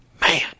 Man